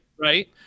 right